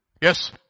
Yes